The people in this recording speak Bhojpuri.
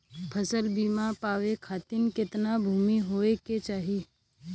फ़सल बीमा पावे खाती कितना भूमि होवे के चाही?